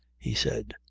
he said.